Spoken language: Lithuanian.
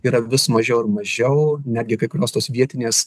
yra vis mažiau ir mažiau netgi kai kurios tos vietinės